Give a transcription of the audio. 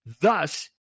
Thus